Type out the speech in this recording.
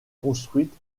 construite